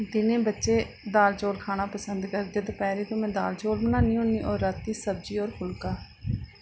दिनें बच्चे दाल चौल खाना पसंद करदे ते दपैह्रीं मे दाल चौल बनान्नी होन्नी ते रातीं सब्जी और फुल्का